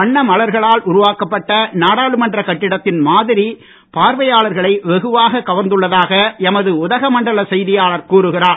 வண்ண மலர்களால் உருவாக்கப்பட்ட நாடாளுமன்ற கட்டிடத்தின் பார்வையாளர்களை வெகுவாக கவர்ந்துள்ளதாக எமது உதகமண்டல செய்தியாளர் கூறுகிறார்